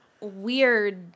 weird